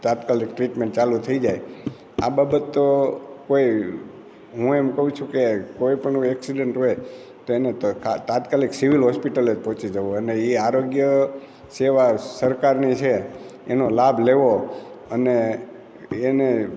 તાત્કાલિક ટ્રીટમેન્ટ ચાલુ થઈ જાય આ બાબત તો કોઈ હું એમ કહું છું કે કોઈપણનું એક્સિડન્ટ હોય તો એને તાત્કાલિક સિવિલ હોસ્પિટલે પહોંચી જવું અને એ આરોગ્ય સેવા સરકારની છે એનો લાભ લેવો અને એને